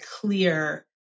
clear